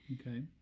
Okay